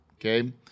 Okay